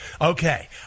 Okay